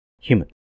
human